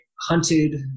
hunted